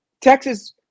Texas